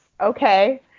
okay